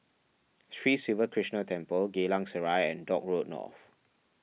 Sri Siva Krishna Temple Geylang Serai and Dock Road North